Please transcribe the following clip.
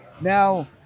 now